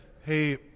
hey